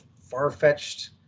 far-fetched